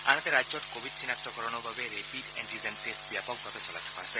আনহাতে ৰাজ্যত কোভিড চিনাক্তকৰণৰ বাবে ৰেপিড এণ্টিজেন টেষ্ট ব্যাপকভাৱে চলাই থকা হৈছে